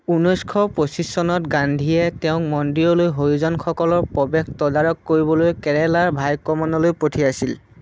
ঊনৈশ পঁচিছ চনত গান্ধীয়ে তেওঁক মন্দিৰলৈ হৰিজনসকলৰ প্ৰৱেশ তদাৰক কৰিবলৈ কেৰালাৰ ভাইকমনলৈ পঠিয়াইছিল